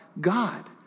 God